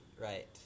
right